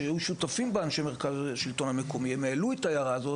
שאנשי מרכז השלטון המקומי היו שותפים בה,